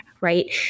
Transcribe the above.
Right